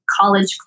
college